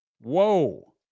Whoa